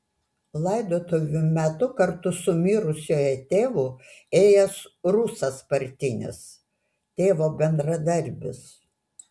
laidotuvių metu kartu su mirusiojo tėvu ėjęs rusas partinis tėvo bendradarbis